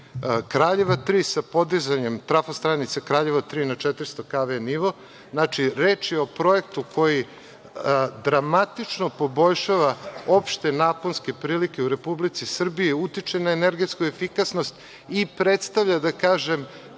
Kraljeva tri, sa podizanjem trafo stanice Kraljevo tri na 400kv nivo. Znači, reč je o projektu koji dramatično poboljšava opšte naponske prilike u Republici Srbiji, utiče na energetsku efikasnost i predstavlja, da kažem,